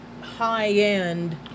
high-end